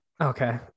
Okay